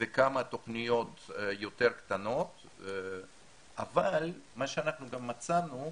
וכמה תוכניות יותר קטנות, אבל מה שאנחנו גם מצאנו,